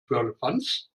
firlefanz